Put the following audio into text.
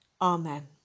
Amen